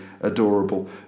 adorable